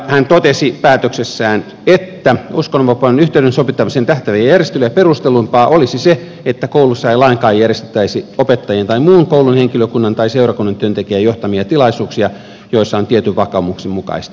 hän totesi päätöksessään että uskonnonvapauden yhteensovittamiseen tähtääviä järjestelyjä perustellumpaa olisi se että kouluissa ei lainkaan järjestettäisi opettajien tai muun koulun henkilökunnan tai seurakunnan työntekijän johtamia tilaisuuksia joissa on tietyn vakaumuksen mukaista sisältöä